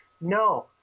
No